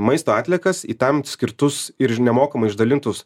maisto atliekas į tam skirtus ir ži nemokamai išdalintus